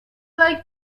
like